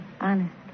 Honest